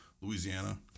Louisiana